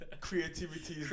Creativity